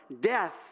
death